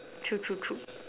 true true true